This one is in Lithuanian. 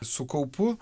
su kaupu